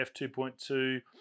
f2.2